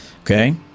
Okay